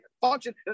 function